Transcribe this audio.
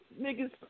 niggas